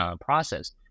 process